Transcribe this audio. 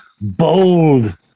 bold